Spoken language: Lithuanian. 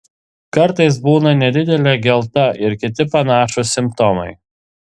kartais būna nedidelė gelta ir kiti panašūs simptomai